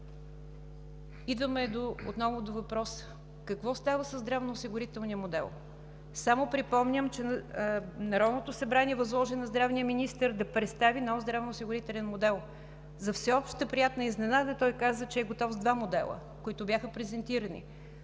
идваме отново до въпроса: какво става със здравноосигурителния модел? Само припомням, че Народното събрание възложи на здравния министър да представи нов здравноосигурителен модел. За всеобща приятна изненада той каза, че е готов с два модела, които бяха презентирани.